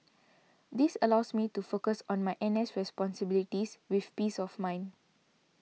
this allows me to focus on my N S responsibilities with peace of mind